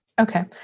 Okay